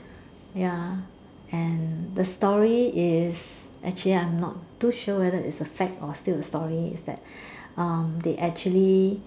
ya and the story is actually I'm not too sure whether it's a fact or still a story is that um they actually